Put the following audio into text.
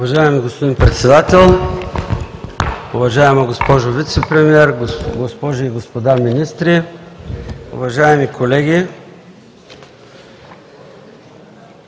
Уважаеми господин Председател, уважаема госпожо Вицепремиер, дами и господа министри, уважаеми колеги!